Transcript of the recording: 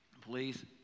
please